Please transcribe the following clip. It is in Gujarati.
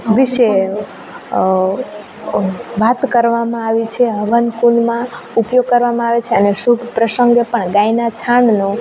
વિશે વાત કરવામાં આવી છે હવન કુંડમાં ઊપયોગ કરવામાં આવે છે અને શુભ પ્રસંગે પણ ગાયના છાણનું